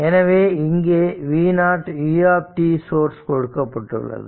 எனவே இங்கே v0 u source கொடுக்கப்பட்டுள்ளது